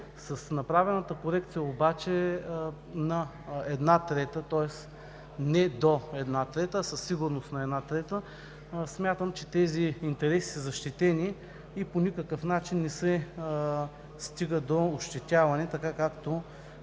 С направената корекция обаче на една трета, тоест не до една трета, а със сигурност на една трета, смятам, че тези интереси са защитени и по никакъв начин не се стига до ощетяване – така, както